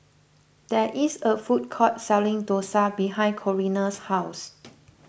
there is a food court selling Dosa behind Corrina's house